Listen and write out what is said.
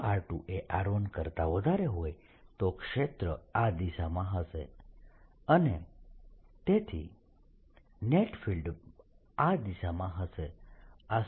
જો r2 એ r1 કરતા વધારે હોય તો ક્ષેત્ર આ દિશામાં હશે તેથી નેટ ફિલ્ડ આ દિશામાં હશે